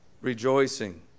rejoicing